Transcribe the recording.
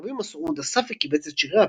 רבי מסעוד אסף וקיבץ את שירי אביו,